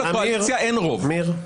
כך וכך מזרחים,